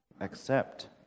accept